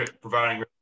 providing